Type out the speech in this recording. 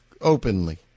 openly